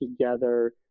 together